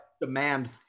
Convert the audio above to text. demand